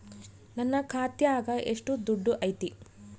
ನನ್ನ ಖಾತ್ಯಾಗ ಎಷ್ಟು ದುಡ್ಡು ಐತಿ?